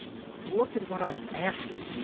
look at what i'm asking.